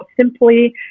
simply